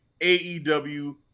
AEW